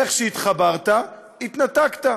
איך שהתחברת, התנתקת.